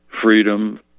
freedom